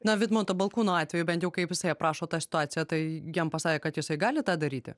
na vidmanto balkūno atveju bent jau kaip jisai aprašo tą situaciją tai jam pasakė kad jisai gali tą daryti